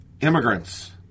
immigrants